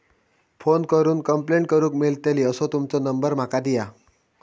Phone करून complaint करूक मेलतली असो तुमचो नंबर माका दिया?